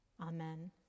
Amen